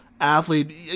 athlete